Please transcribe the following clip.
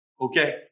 Okay